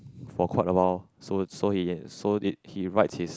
for quite a while so so he so it he writes his